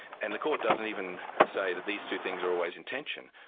and the court doesn't even say that these two things are always intention,